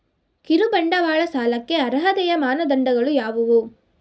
ಕಿರುಬಂಡವಾಳ ಸಾಲಕ್ಕೆ ಅರ್ಹತೆಯ ಮಾನದಂಡಗಳು ಯಾವುವು?